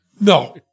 No